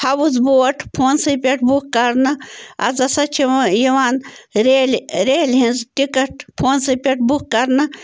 house boat فونسٕے پٮ۪ٹھ book کرنہٕ آز ہسا چھِ یِو یِوان ریلہِ ریلہِ ہٕنٛز ٹِکَٹ فونسٕے پٮ۪ٹھ بُک کرنہٕ